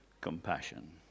compassion